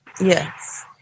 Yes